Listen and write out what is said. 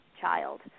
child